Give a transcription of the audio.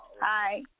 Hi